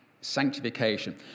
sanctification